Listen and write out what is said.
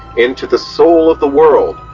into the soul of the world,